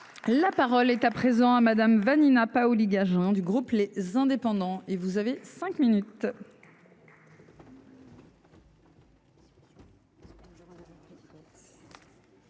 La parole est à présent à Madame Vanina Paoli-Gagin du groupe les indépendants et vous avez 5 minutes.